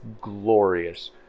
glorious